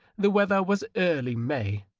the weather was early may,